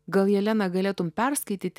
gal jelena galėtum perskaityti